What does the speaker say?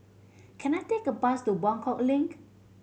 can I take a bus to Buangkok Link